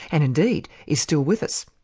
and indeed, is still with us?